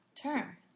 term